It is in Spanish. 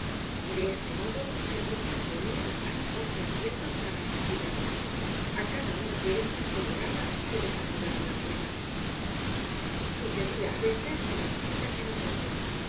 de este modo se podian reunir hasta once asientos para las visitas a cada una de estas que llegaba se desamueblaba una pieza sucedia á veces que las visitas eran doce